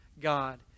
God